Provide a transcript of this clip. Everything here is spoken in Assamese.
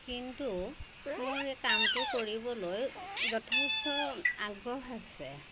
কিন্তু মোৰ এই কামটো কৰিবলৈ যথেষ্ট আগ্ৰহ আছে